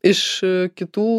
iš kitų